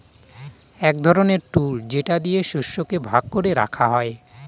এক ধরনের টুল যেটা দিয়ে শস্যকে ভাগ করে রাখা হয়